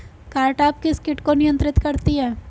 Cartap किस किट को नियंत्रित करती है?